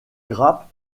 grappes